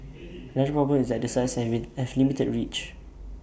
another problem is that the sites have limited reach